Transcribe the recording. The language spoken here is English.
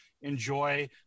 enjoy